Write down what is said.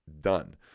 done